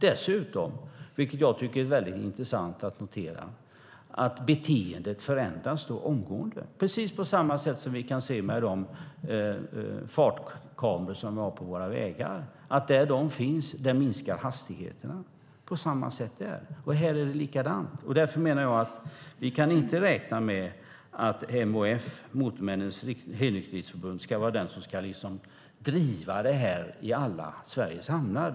Dessutom, vilket jag tycker är väldigt intressant att notera, förändras beteendet omgående. Vi kan se att där fartkameror finns på våra vägar minskar hastigheten. Här är det likadant. Därför menar jag att vi inte kan räkna med att MHF, Motorförarnas Helnykterhetsförbund, ska vara de som ska driva detta i alla Sveriges hamnar.